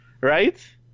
Right